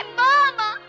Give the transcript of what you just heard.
mama